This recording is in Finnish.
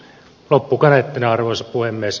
loppukaneettina arvoisa puhemies